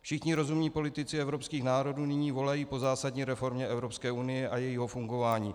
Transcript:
Všichni rozumní politici evropských národů nyní volají po zásadní reformě Evropské unie a jejího fungování.